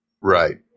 Right